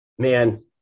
Man